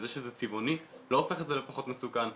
זה שזה צבעוני לא הופך את זה לפחות מסוכן,